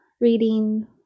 reading